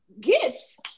gifts